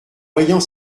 voyant